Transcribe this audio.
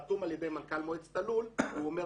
מסמך שחתום על ידי מנכ"ל מועצת הלול והוא מדבר